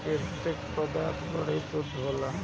प्रकृति क पदार्थ बड़ी शुद्ध होला